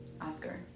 oscar